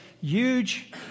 huge